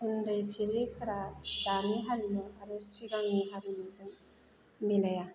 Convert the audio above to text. उन्दै पिलिफोरा दानि हारिमु आरो सिगांनि हारिमुजों मिलाया